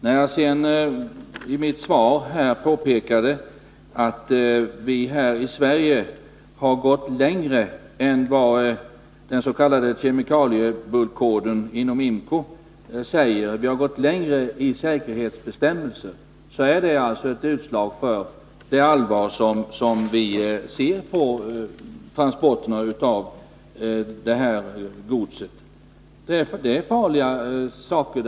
Som jag påpekade i mitt svar är det förhållandet att vi här i Sverige har gått längre i fråga om säkerhetsbestämmelser än vad som föreskrivs i den s.k. kemikaliebulkkoden inom IMCO ett uttryck för det allvar med vilket vi ser på transporterna av det godsslag som det gäller.